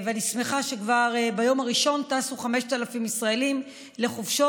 אני שמחה שכבר ביום הראשון טסו 5,000 ישראלים לחופשות.